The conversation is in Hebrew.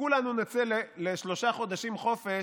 כשכולנו נצא לשלושה חודשים חופש,